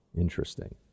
interesting